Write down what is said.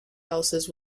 houses